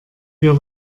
wir